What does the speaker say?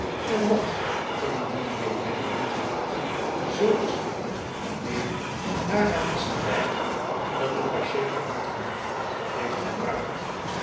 en dat indien dit middel niet helpt zulks alleen daaraan is te wijten dat de patient er niet genoeg van heeft gebruikt